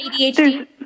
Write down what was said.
ADHD